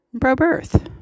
pro-birth